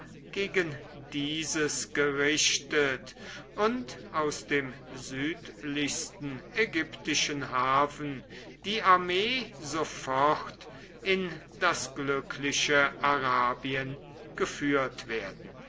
gegen dieses gerichtet und aus dem südlichsten ägyptischen hafen die armee sofort in das glückliche arabien geführt werden